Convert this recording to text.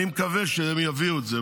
אני מקווה שהם יביאו את זה.